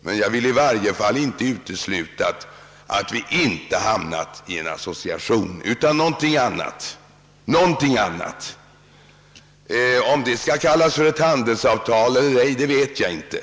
men vill i varje fall inte utesluta att vi inte hamnat i en association utan i någonting annat. Om det skall kallas för ett handelsavtal eller ej vet jag inte.